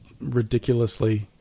ridiculously